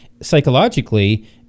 Psychologically